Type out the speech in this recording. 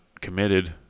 committed